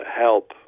help